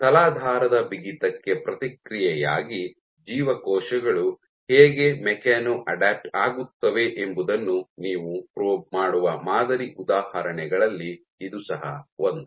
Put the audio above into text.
ತಲಾಧಾರದ ಬಿಗಿತಕ್ಕೆ ಪ್ರತಿಕ್ರಿಯೆಯಾಗಿ ಜೀವಕೋಶಗಳು ಹೇಗೆ ಮೆಕ್ಯಾನೊ ಅಡ್ಯಾಪ್ಟ್ ಆಗುತ್ತವೆ ಎಂಬುದನ್ನು ನೀವು ಪ್ರೋಬ್ ಮಾಡುವ ಮಾದರಿ ಉದಾಹರಣೆಗಳಲ್ಲಿ ಇದು ಸಹ ಒಂದು